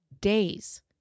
days